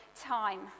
time